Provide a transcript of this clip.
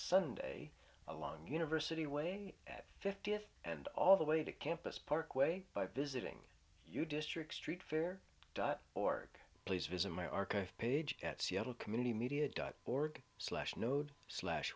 sunday along university way at fiftieth and all the way to campus parkway by visiting you district street fair dot org please visit my archive page at seattle community media dot org slash node slash